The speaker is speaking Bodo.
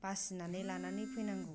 बासिनानै लानानै फैनांगौ